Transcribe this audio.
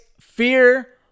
fear